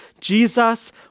Jesus